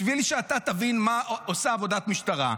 בשביל שאתה תבין מה עושה עבודת משטרה,